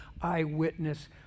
eyewitness